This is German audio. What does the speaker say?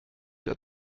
der